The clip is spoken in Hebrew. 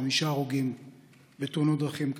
חמישה הרוגים בתאונות דרכים,